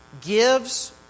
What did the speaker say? gives